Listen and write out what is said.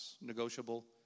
negotiable